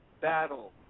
Battle